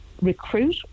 recruit